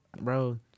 bro